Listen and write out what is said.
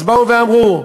אז באו ואמרו: